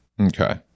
Okay